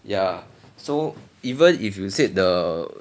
ya so even if you said the